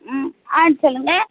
ம் ஆ சொல்லுங்கள்